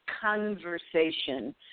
conversation